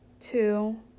two